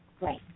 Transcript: Right